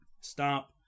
stop